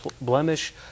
blemish